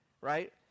right